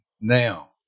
now